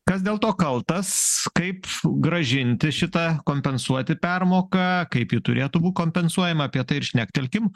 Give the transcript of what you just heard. kas dėl to kaltas kaip grąžinti šitą kompensuoti permoką kaip ji turėtų bū kompensuojama apie tai šnektelkim